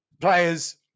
players